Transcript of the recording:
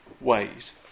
ways